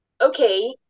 okay